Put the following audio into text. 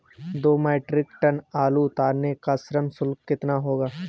दो metric ton आलू उतारने का श्रम शुल्क कितना होगा?